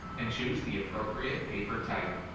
and choose the appropriate paper type.